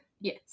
Yes